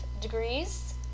degrees